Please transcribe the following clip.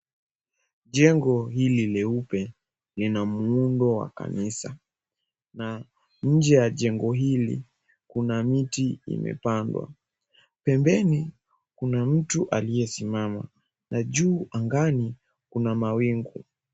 Jengo hili leupe lina muundo wa kanisa na nje ya jengo hili kuna miti imepandwa. Pembeni kuna mtu aliyesimama na juu angani kuna mawingu.